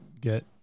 get